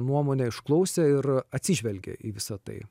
nuomonę išklausė ir atsižvelgė į visa tai